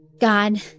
God